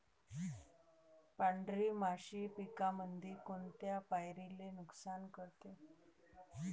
पांढरी माशी पिकामंदी कोनत्या पायरीले नुकसान करते?